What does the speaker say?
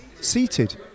seated